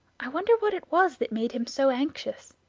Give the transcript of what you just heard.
i wonder what it was that made him so anxious!